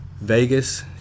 Vegas